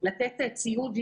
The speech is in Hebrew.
מעסיקים שזה נהדר,